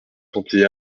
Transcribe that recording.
cinquante